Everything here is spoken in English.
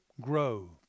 grow